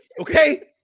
okay